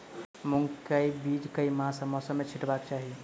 मूंग केँ बीज केँ मास आ मौसम मे छिटबाक चाहि?